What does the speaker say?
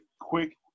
quick